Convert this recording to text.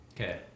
okay